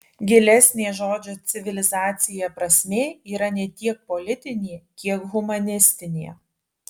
gilesnė žodžio civilizacija prasmė yra ne tiek politinė kiek humanistinė